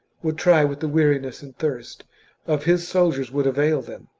would try what the weariness and thirst of his soldiers would avail them.